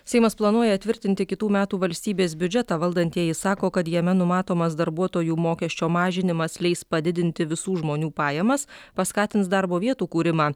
seimas planuoja tvirtinti kitų metų valstybės biudžetą valdantieji sako kad jame numatomas darbuotojų mokesčio mažinimas leis padidinti visų žmonių pajamas paskatins darbo vietų kūrimą